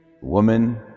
woman